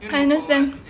I understand